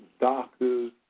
doctors